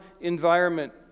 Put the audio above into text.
environment